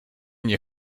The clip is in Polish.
nie